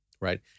right